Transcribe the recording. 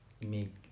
make